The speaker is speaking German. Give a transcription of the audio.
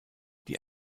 die